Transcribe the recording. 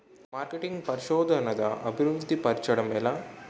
marketing పరిశోధనదా అభివృద్ధి పరచడం ఎలా